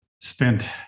spent